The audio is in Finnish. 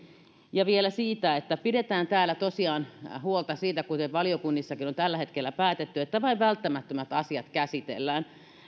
vielä siitä että pidetään täällä tosiaan huolta siitä kuten valiokunnissakin on tällä hetkellä päätetty että vain välttämättömät asiat käsitellään